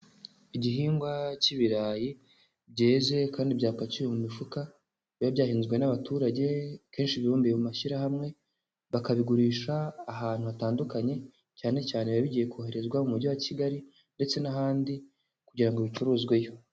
Igihingwa cy'ibirayi byeze kandi byapakiwe mu mifuka, biba byahinzwe n'abaturage kenshi bihumbiye mu mashyirahamwe, bakabigurisha ahantu hatandukanye, cyane cyane biba bigiye koherezwa mu mujyi wa Kigali ndetse n'ahandi kugira ngo bicuruzweyo.